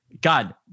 god